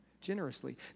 generously